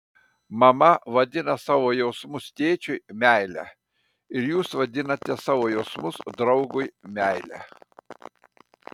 mama vadina savo jausmus tėčiui meile ir jūs vadinate savo jausmus draugui meile